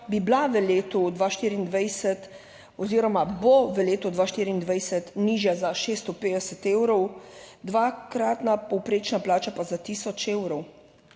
bi bila v letu 2024 oziroma bo v letu 2024 nižja za 650 evrov, dvakratna povprečna plača pa za tisoč evrov.